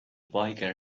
biker